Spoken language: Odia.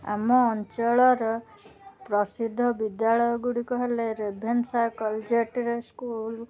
ଆମ ଅଞ୍ଚଳର ପ୍ରସିଦ୍ଧ ବିଦ୍ୟାଳୟ ଗୁଡ଼ିକ ହେଲେ ରେଭେନ୍ସା ସ୍କୁଲ